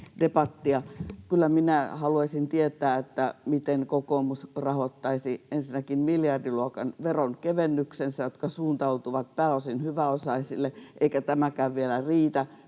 minä haluaisin tietää, miten kokoomus rahoittaisi ensinnäkin miljardiluokan veronkevennyksensä, jotka suuntautuvat pääosin hyväosaisille. Eikä tämäkään vielä riitä: